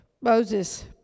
Moses